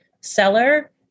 seller